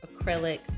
acrylic